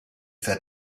said